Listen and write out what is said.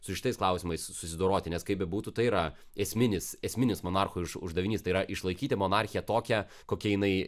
su šitais klausimais susidoroti nes kaip bebūtų tai yra esminis esminis monarcho uždavinys tai yra išlaikyti monarchiją tokią kokia jinai